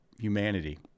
humanity